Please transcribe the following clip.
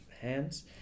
hands